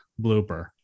blooper